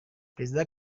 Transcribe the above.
perezida